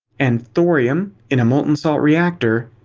and thorium, in a molten salt reactor,